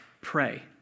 Pray